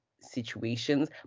situations